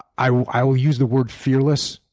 i will i will use the word fearless,